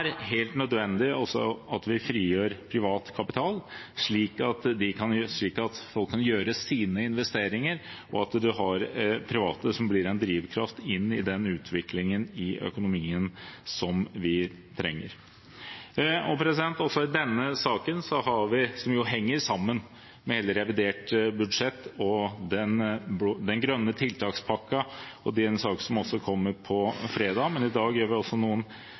helt nødvendig at vi også frigjør privat kapital, slik at folk kan gjøre sine investeringer, og at man har private som blir en drivkraft inn i den utviklingen i økonomien som vi trenger. Denne saken henger jo sammen med hele revidert budsjett – og den grønne tiltakspakken, en sak som kommer på fredag – men i dag gjør vi altså noen